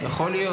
יכול להיות.